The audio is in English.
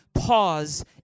pause